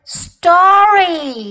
story